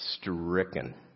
stricken